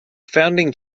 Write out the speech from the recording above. founding